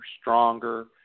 stronger